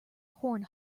horn